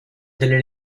delle